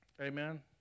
Amen